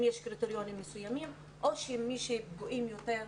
יש קריטריונים מסוימים או שמי שפגוע יותר,